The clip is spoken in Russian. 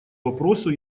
вопросу